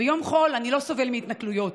ביום חול אני לא סובל מהתנכלויות,